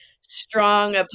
strong